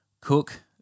cook